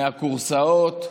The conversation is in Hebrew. מהכורסאות.